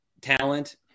talent